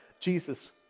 Jesus